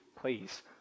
please